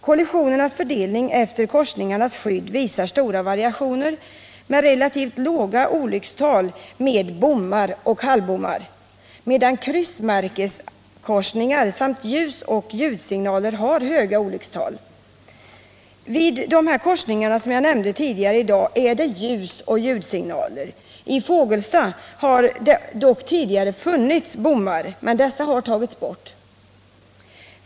Kollisionernas fördelning efter korsningarnas skydd visar stora variationer, med relativt låga olyckstal med bommar och halvbommar, medan kryssmärkeskorsningar samt ljusoch ljudsignaler har höga olyckstal. Vid de korsningar jag tidigare nämnde finns det i dag ljusoch ljudsignaler. I Fågelsta har det tidigare funnits bommar, men dessa har tagits bort.